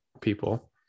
people